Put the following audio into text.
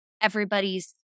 everybody's